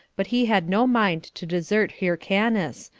but he had no mind to desert hyrcanus,